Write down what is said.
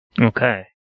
Okay